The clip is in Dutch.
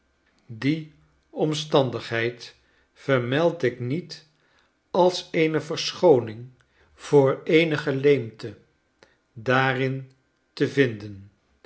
die omstandigheid vermeld ik niet als eene verschooning voor eenige leemten daarin te vinden